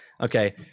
Okay